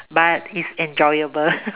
but it's enjoyable